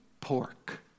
pork